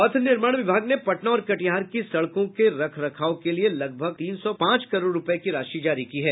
पथ निर्माण विभाग ने पटना और कटिहार की सड़कों के रख रखाव के लिए लगभग तीन सौ पांच करोड़ रूपये की राशि जारी की है